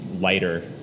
lighter